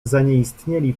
zanieistnieli